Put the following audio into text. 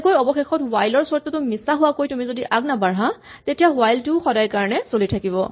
তেনেকৈয়ে অৱশেষত হুৱাইল ৰ চৰ্তটো মিছা হোৱাকৈ যদি তুমি আগনাবাঢ়া তেতিয়া হুৱাইল টো ও সদায়ৰ কাৰণে চলি থাকিব